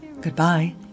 Goodbye